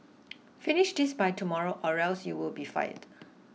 finish this by tomorrow or else you'll be fired